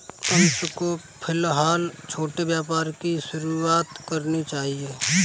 अंशु को फिलहाल छोटे व्यापार की शुरुआत करनी चाहिए